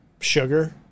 Sugar